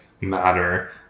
matter